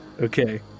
Okay